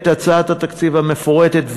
את הצעת התקציב המפורטת,